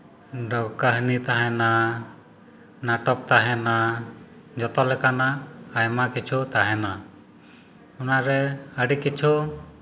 ᱫᱚ ᱠᱟᱹᱦᱱᱤ ᱛᱟᱦᱮᱱᱟ ᱱᱟᱴᱚᱠ ᱛᱟᱦᱮᱱᱟ ᱡᱚᱛᱚ ᱞᱮᱠᱟᱱᱟᱜ ᱟᱭᱢᱟ ᱠᱤᱪᱷᱩ ᱛᱟᱦᱮᱱᱟ ᱚᱱᱟᱨᱮ ᱟᱹᱰᱤ ᱠᱤᱪᱷᱩ